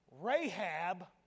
Rahab